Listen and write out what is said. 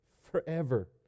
forever